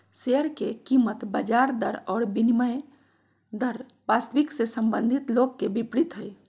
share के कीमत ब्याज दर और विनिमय दर वास्तविक से संबंधित लोग के विपरीत हइ